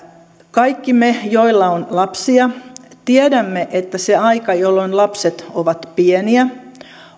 kaikki me joilla on lapsia tiedämme että se aika jolloin lapset ovat pieniä